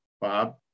Bob